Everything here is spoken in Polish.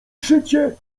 szycie